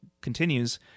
continues